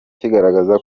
kigaragaza